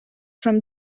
from